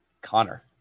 Connor